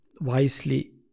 wisely